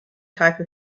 type